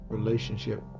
Relationship